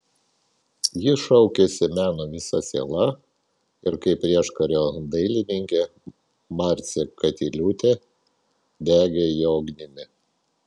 ji šaukėsi meno visa siela ir kaip prieškario dailininkė marcė katiliūtė degė jo ugnimi